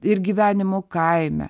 ir gyvenimu kaime